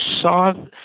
saw